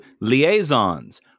liaisons